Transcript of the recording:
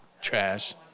Trash